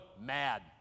mad